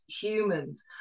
humans